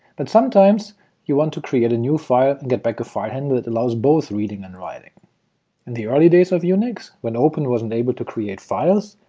but sometimes you want to create a new file and get back a file handle that allows both reading and writing. in the early days of unix, when open wasn't able to create files,